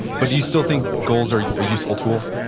but do you still think goals are a useful tool?